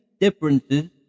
differences